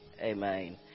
Amen